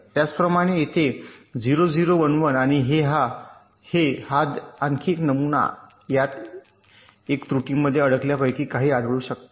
त्याचप्रमाणे येथे 0 0 1 1 आणि हे हा आणखी एक नमुना आहे यात 1 त्रुटींमध्ये या अडकलेल्यांपैकी काही आढळू शकते